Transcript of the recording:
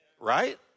Right